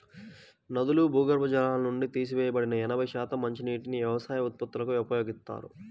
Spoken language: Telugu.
నదులు, భూగర్భ జలాల నుండి తీసివేయబడిన ఎనభై శాతం మంచినీటిని వ్యవసాయ ఉత్పత్తులకు ఉపయోగిస్తారు